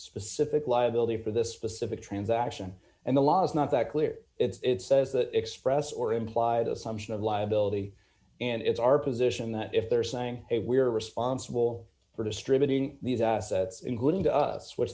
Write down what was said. specific liability for this specific transaction and the law is not that clear it's the express or implied assumption of liability and it's our position that if they're saying hey we're responsible for distributing these assets including to us which